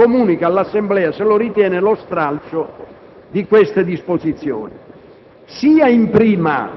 In tal caso, il Presidente comunica all'Assemblea, se lo ritiene, lo stralcio di queste disposizioni. Sia in prima